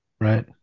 Right